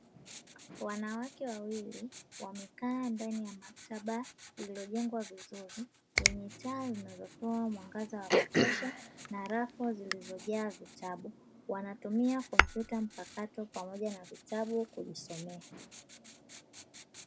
Wanawake wawili wamekaa ndani ya maktaba iliyojengwa vizuri, yenye taa zinazotoa mwangaza wa kutosha na rafu zilizojaa vitabu, wanatumia kompyuta mpakato pamoja na vitabu kujisomea.